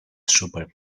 super